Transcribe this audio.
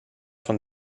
von